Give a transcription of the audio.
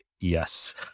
Yes